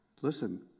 Listen